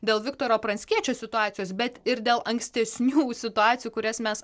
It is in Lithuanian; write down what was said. dėl viktoro pranckiečio situacijos bet ir dėl ankstesnių situacijų kurias mes